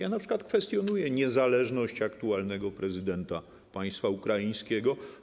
Ja np. kwestionuję niezależność aktualnego prezydenta państwa ukraińskiego.